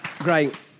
Great